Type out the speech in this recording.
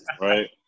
Right